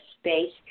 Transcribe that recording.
space